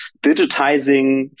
digitizing